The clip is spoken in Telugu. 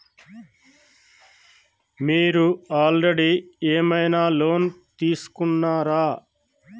మీరు ఆల్రెడీ ఏమైనా లోన్ తీసుకున్నారా?